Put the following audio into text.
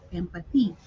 empathy